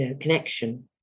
connection